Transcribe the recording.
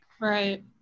right